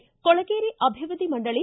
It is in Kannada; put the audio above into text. ಿ ಕೊಳಗೇರಿ ಅಭಿವೃದ್ಧಿ ಮಂಡಳಿ